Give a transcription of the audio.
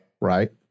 right